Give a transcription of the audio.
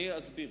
אני אסביר.